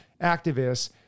activists